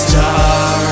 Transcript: Star